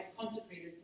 consecrated